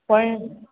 પણ